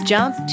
Jump